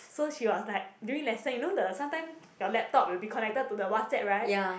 so she was like during lesson you know the sometimes your laptop will be connected to the WhatsApp right